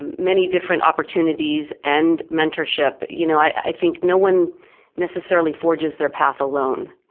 many different opportunities and mentorship you know i think no one necessarily forges their path alone.